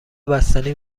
بستنی